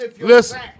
listen